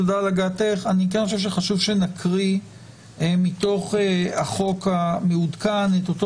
תודה על הגעתך חשוב שנקריא מתוך החוק המעודכן את אותו